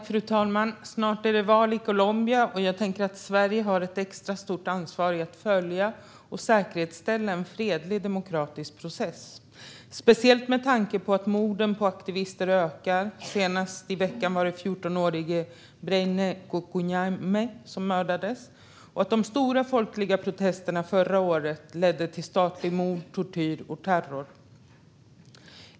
Fru talman! Snart är det val i Colombia. Sverige har ett extra stort ansvar för att följa det och säkerställa en fredlig demokratisk process, speciellt med tanke på att morden på aktivister ökar. Senast i veckan var det 14årige Breiner Cucuñame som mördades. De stora folkliga protesterna förra året bemötte staten med mord, tortyr och terror.